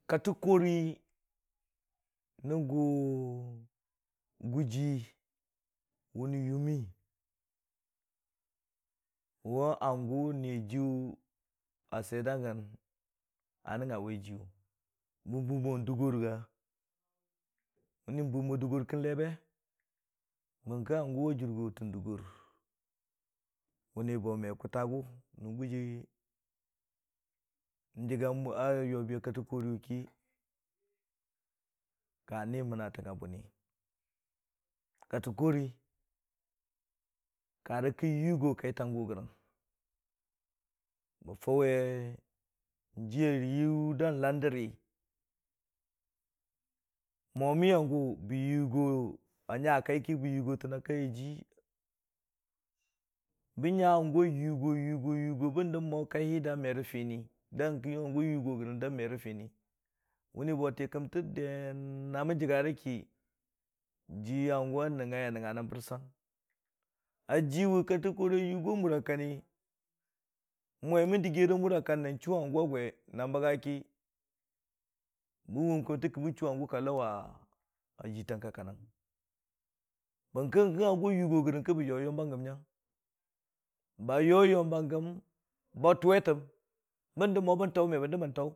Katəkori, rə gʊji wʊ rə yʊmmi, wʊ hangʊ niiyʊ a swiyer da gəng a nəngnga wai jiwʊ bən bʊʊ mo doggor ga? məni bʊʊ mo dʊggor ki lebe, bəngki hangʊ a jɨrgo tən dʊggor, məni bo me kʊta gʊ, nɨn guji n'jiga a muri a yobi a kattakoriyʊ ki, ka ni mənna tangnga buuni, kattəkori ka rə kə yiigo kai tangʊ gəri, bə faʊwi jiiya yo da landə ri, mwami a gʊ, bə nya kai ki bə yogotəng ajii. bən nya hangʊ a yogo yogo da kai hə da merə fini nyəng kə hangʊ a yogong da məri fini, məni bo tii kəmtə den ki, jii hangʊ a nəngngai a nangnga rə bərsan, a jiiwʊ kattəkori a yogo a muri a kanni mwe mən dəggiyeri muri kanni na chu hangʊ a gwe na məga ki, kə bən chuu hangʊ ka lauwa jitang ka kan nin bərkə hangʊ a yogongrang bə yoyom ba gəm nyang ba yoyom ba gəm ba tʊwe təm.